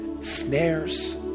snares